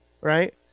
right